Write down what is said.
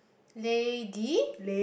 lady